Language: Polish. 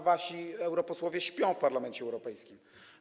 Wasi europosłowie śpią w Parlamencie Europejskim.